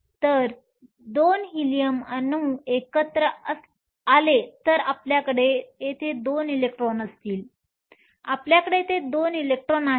जर 2 हीलियम अणू एकत्र आले तर आपल्याकडे येथे 2 इलेक्ट्रॉन असतील आपल्याकडे येथे 2 इलेक्ट्रॉन आहेत